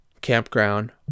campground